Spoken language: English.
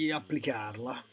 applicarla